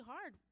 hard